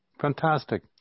Fantastic